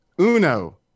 uno